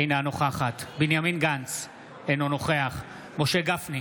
אינה נוכחת בנימין גנץ, אינו נוכח משה גפני,